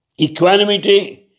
Equanimity